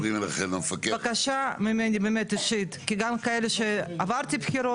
בקשה ממני באמת אישית,